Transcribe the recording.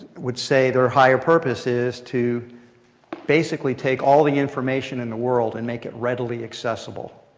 would say their higher purpose is to basically take all the information in the world and make it readily accessible.